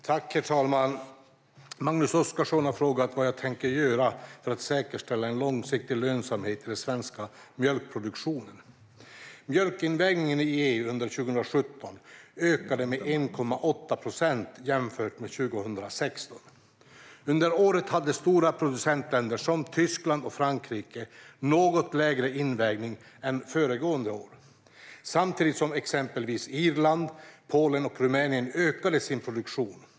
Herr talman! Magnus Oscarsson frågar vad jag tänker göra för att säkerställa en långsiktig lönsamhet i den svenska mjölkproduktionen. Mjölkinvägningen i EU under 2017 ökade med 1,8 procent jämfört med 2016. Under året hade stora producentländer som Tyskland och Frankrike något lägre invägning än föregående år, samtidigt som exempelvis Irland, Polen och Rumänien ökade sin produktion.